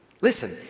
Listen